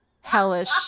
hellish